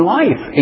life